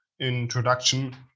introduction